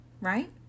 Right